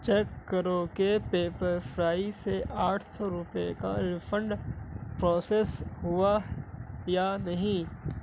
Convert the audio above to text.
check کرو کہ Pepperfry سے آٹھ سو روپے کا ریفنڈ پروسیس ہوا یا نہیں